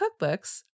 cookbooks